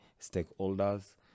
stakeholders